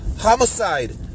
Homicide